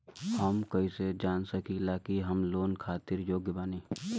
हम कईसे जान सकिला कि हम लोन खातिर योग्य बानी?